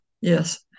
Yes